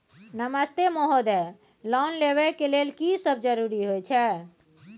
नमस्ते महोदय, लोन लेबै के लेल की सब जरुरी होय छै?